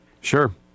Sure